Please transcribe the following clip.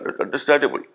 understandable